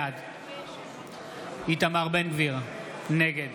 בעד איתמר בן גביר, נגד